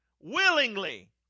willingly